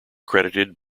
credited